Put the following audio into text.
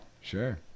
sure